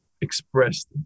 expressed